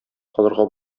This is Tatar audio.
калырга